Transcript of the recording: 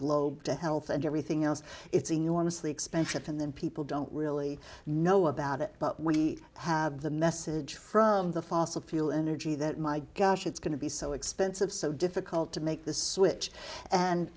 globe to health and everything else it's enormously expensive and that people don't really know about it but we have the message from the fossil fuel energy that my gosh it's going to be so expensive so difficult to make the switch and